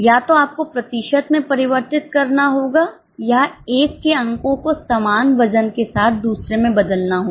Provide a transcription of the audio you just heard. या तो आपको प्रतिशत में परिवर्तित करना होगा या एक के अंको को समान वजन के साथ दूसरे में बदलना होगा